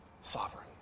sovereign